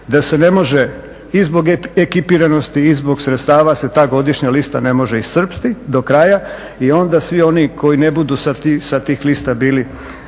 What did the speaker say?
da se ne može i zbog ekipiranosti i zbog sredstava se ta godišnja lista ne može iscrpiti do kraja i onda svi oni koji ne budu sa tih lista bili,